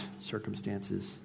circumstances